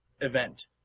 event